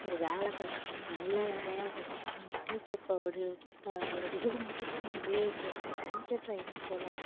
ஒரு வேலை கிடைக்கும் நல்ல வேலையாக கிடைக்கும் டீச்சர் இப்போ ஒரு த ஒரு டிகிரி முடித்துட்டு நீங்கள் பிஎட் போட்டிங்கனால் டீச்சர் ட்ரெயினிங் போகலாம்